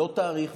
לא תאריך,